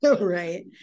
Right